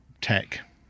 tech